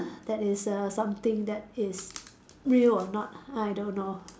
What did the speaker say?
that is err something that is real or not I don't know